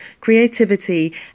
creativity